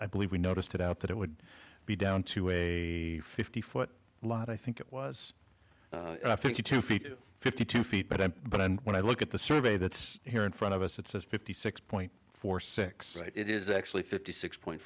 i believe we noticed it out that it would be down to a fifty foot lot i think it was fifty two feet fifty two feet but i'm but i'm when i look at the survey that's here in front of us it says fifty six point four six it is actually fifty six point